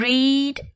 Read